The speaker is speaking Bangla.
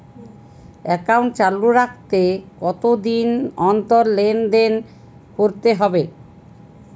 একাউন্ট চালু রাখতে কতদিন অন্তর লেনদেন করতে হবে?